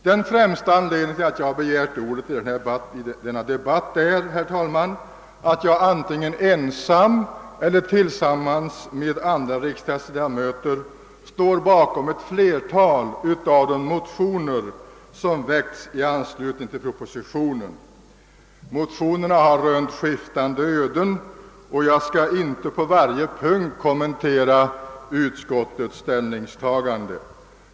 Den främsta anledningen till att jag har begärt ordet i denna debatt är, herr talman, att jag antingen ensam eller tillsammans med andra riksdagsledamöter står bakom ett flertal av de motioner som väckts i anslutning till propositionen. Motionerna har rönt skiftande öden och jag skall inte på varje punkt kommentera utskottets ställningstagande.